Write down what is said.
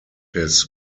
his